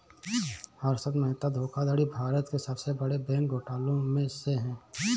हर्षद मेहता धोखाधड़ी भारत के सबसे बड़े बैंक घोटालों में से है